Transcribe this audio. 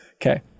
Okay